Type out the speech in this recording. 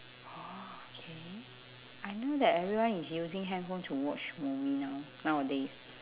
orh okay I know that everyone is using handphone to watch movie now nowadays